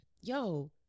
yo